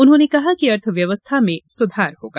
उन्होंने कहा कि अर्थव्यवस्था में सुधार होगा